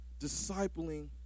Discipling